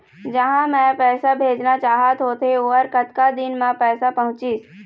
जहां मैं पैसा भेजना चाहत होथे ओहर कतका दिन मा पैसा पहुंचिस?